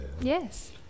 Yes